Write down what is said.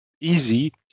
easy